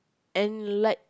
and like